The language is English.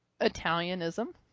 Italianism